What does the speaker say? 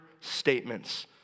statements